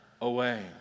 away